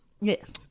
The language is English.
Yes